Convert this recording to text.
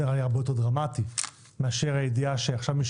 זה הרבה יותר דרמטי מאשר הידיעה שעכשיו מי